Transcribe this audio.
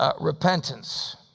repentance